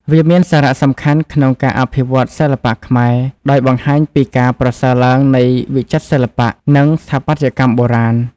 វាមានសារសំខាន់ក្នុងអភិវឌ្ឍន៍សិល្បៈខ្មែរ ដោយបង្ហាញពីការប្រសើរឡើងនៃវិចិត្រសិល្បៈ និងស្ថាបត្យកម្មបុរាណ។